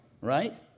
right